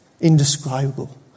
Indescribable